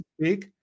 speak